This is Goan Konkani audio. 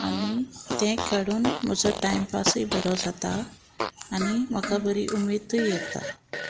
आनी तें खेळून म्हजो टायमपासूय बरो जाता आनी म्हाका बरी उमेदूय येता